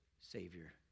savior